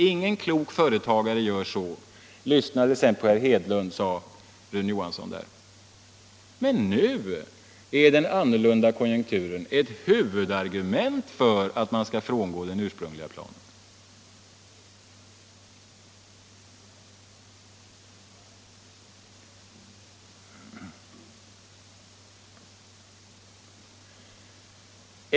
Ingen klok företagare gör så — lyssna sedan på herr Hedlund, sade Rune Johansson. Men nu är den annorlunda konjunkturen ett huvudargument för att frångå den ursprungliga planen.